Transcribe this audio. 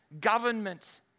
government